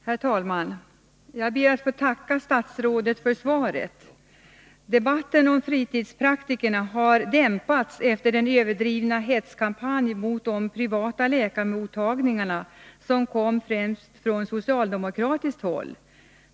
Herr talman! Jag ber att få tacka statsrådet för svaret. Debatten om fritidspraktikerna har dämpats efter den överdrivna hetskampanj mot de privata läkarmottagningarna som kom främst från socialdemokratiskt håll.